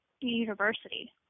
university